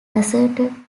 asserted